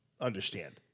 understand